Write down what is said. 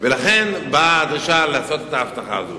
לכן באה הדרישה לעשות את האבטחה הזאת.